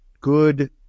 good